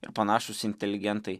ir panašūs inteligentai